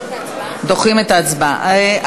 דוחים את ההצבעה?